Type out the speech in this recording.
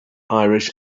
irish